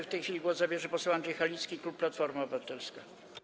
W tej chwili głos zabierze poseł Andrzej Halicki, klub Platforma Obywatelska.